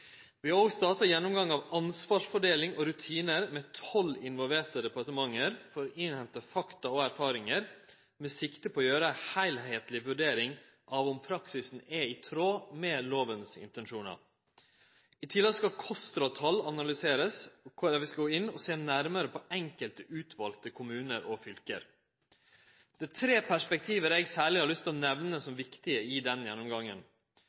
Vi har òg starta ein gjennomgang av ansvarsfordeling og rutinar med tolv involverte departementer for å innhente fakta og erfaringar, med sikte på å gjere ei heilskapleg vurdering av om praksisen er i tråd med lovas intensjonar. I tillegg skal KOSTRA-tal verte analyserte, der vi skal gå inn og sjå nærmare på enkelte utvalde kommunar og fylke. Det er tre perspektiv eg særleg har lyst til å nemne, som er viktige i denne gjennomgangen.